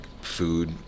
food